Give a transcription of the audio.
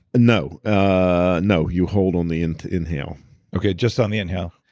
no. ah no. you hold on the and inhale okay just on the inhale?